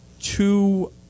two